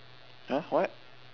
!huh! what